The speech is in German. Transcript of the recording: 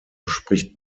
spricht